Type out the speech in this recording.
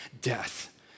Death